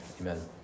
Amen